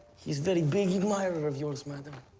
he's very big admirer of yours, madame.